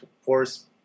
force